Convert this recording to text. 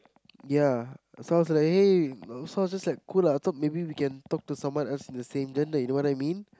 ya so I was like hey so I was just like cool lah thought maybe we can talk to someone else in the same gender you know what I mean